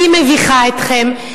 כי היא מביכה אתכם,